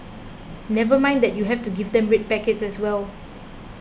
never mind that you have to give them red packets as well